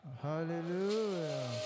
Hallelujah